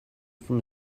from